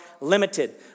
limited